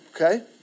okay